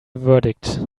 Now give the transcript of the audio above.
verdict